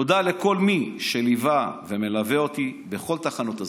תודה לכל מי שליווה ומלווה אותי בכל תחנות הזמן.